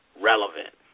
relevant